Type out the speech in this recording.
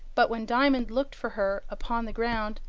but when diamond looked for her upon the ground,